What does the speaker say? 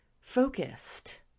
focused